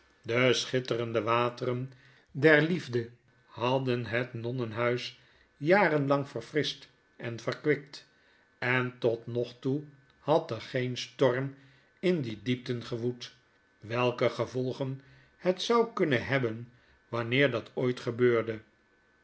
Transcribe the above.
de schitterende wateren der liefde hadden het nonnenhuis jarenlang verfrischt en verkwikt en tot nog toe had er geen storm in die diepten gewoed welke gevolgen het zou kunnen hebben wanneer dat ooit gebeurde